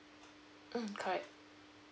mm correct